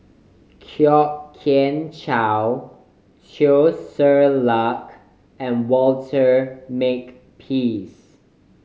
Kwok Kian Chow Teo Ser Luck and Walter Makepeace